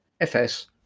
FS